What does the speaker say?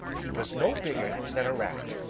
he was no bigger than a rat.